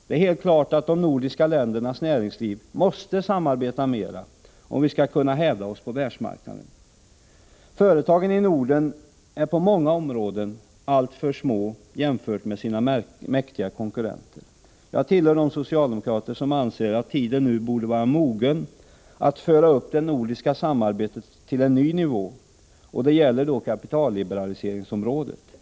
Det är helt klart att de nordiska ländernas näringsliv måste samarbeta mer om vi skall kunna hävda oss på världsmarknaden. Företagen i Norden är på många områden alltför små jämfört med sina mäktiga konkurrenter. Jag tillhör de socialdemokrater som anser att tiden nu borde vara mogen att föra upp det nordiska samarbetet till en ny nivå vad gäller kapitalliberaliseringsområdet.